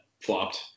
flopped